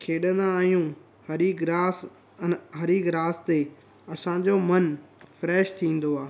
खेॾंदा आहियूं हरी ग्रास हरी ग्रास ते असांजो मन फ्रैश थींदो आहे